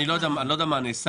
אני לא יודע מה נעשה,